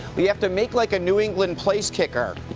we have to make like a new england place kicker,